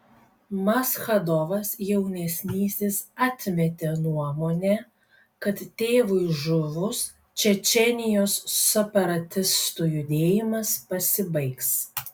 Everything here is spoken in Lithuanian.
maschadovas jaunesnysis atmetė nuomonę kad tėvui žuvus čečėnijos separatistų judėjimas pasibaigs